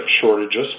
shortages